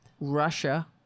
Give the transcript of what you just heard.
Russia